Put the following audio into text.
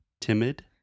Timid